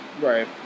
Right